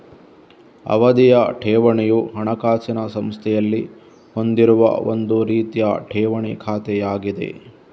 ಅವಧಿಯ ಠೇವಣಿಯು ಹಣಕಾಸಿನ ಸಂಸ್ಥೆಯಲ್ಲಿ ಹೊಂದಿರುವ ಒಂದು ರೀತಿಯ ಠೇವಣಿ ಖಾತೆಯಾಗಿದೆ